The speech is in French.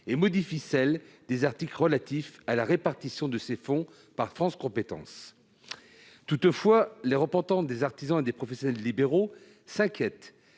ainsi que celles des articles relatifs à la répartition de ces fonds par France compétences. Toutefois, les représentants des artisans et des professionnels libéraux s'inquiètent,